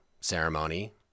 ceremony